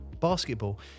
basketball